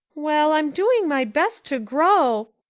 well, i'm doing my best to grow,